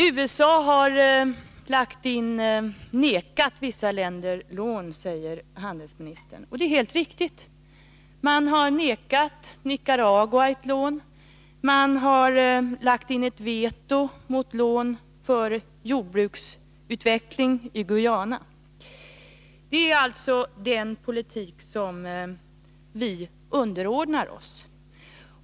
USA har vägrat vissa länder lån, säger handelsministern, och det är helt riktigt. Man har vägrat Nicaragua ett lån. Man har lagt in ett veto mot lån för jordbruksutveckling i Guyana. Det är alltså den politik som vi underordnar oss.